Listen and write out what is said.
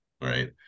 right